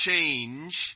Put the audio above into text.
change